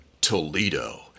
Toledo